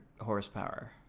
horsepower